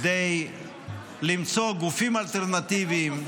כדי למצוא גופים אלטרנטיביים,